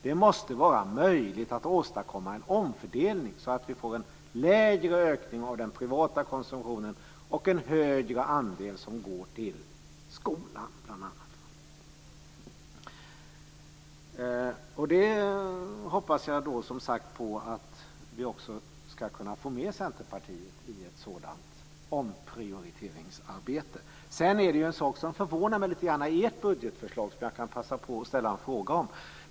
Det måste vara möjligt att åstadkomma en omfördelning, så att vi får en lägre ökning av den privata konsumtionen och en högre andel som går till bl.a. skolan. Jag hoppas, som sagt var, att vi också ska kunna få med Centerpartiet i ett sådant omprioriteringsarbete. Sedan är det en sak som förvånar mig lite grann i ert budgetförslag som jag kan passa på att ställa en fråga om.